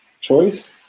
choice